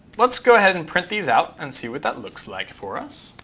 let's go ahead and print these out and see what that looks like for us.